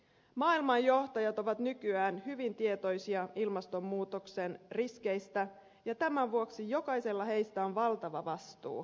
maailman johtajat ovat nykyään hyvin tietoisia ilmastonmuutoksen riskeistä ja tämän vuoksi jokaisella heistä on valtava vastuu